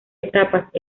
etapas